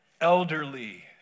elderly